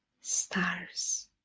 Stars